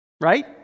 right